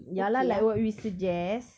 ya lah like what we suggest